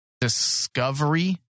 Discovery